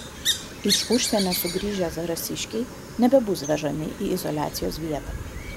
iš užsienio sugrįžę zarasiškiai nebebus vežami į izoliacijos vietą